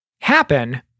happen